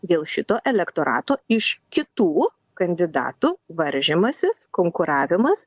dėl šito elektorato iš kitų kandidatų varžymasis konkuravimas